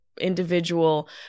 individual